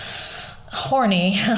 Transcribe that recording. horny